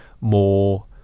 more